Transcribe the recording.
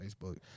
Facebook